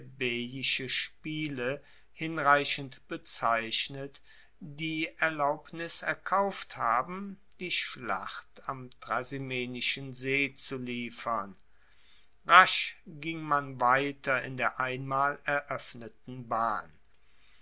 plebejische spiele hinreichend bezeichnet die erlaubnis erkauft haben die schlacht am trasimenischen see zu liefern rasch ging man weiter in der einmal eroeffneten bahn